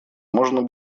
можно